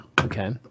okay